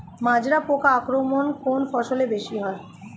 মাজরা পোকার আক্রমণ কোন ফসলে বেশি হয়?